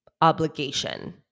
Obligation